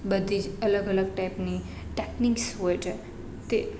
બધી જ અલગ અલગ ટાઈપની ટેક્નિકસ હોય છે તે